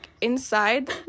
inside